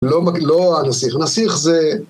לא נסיך, נסיך זה...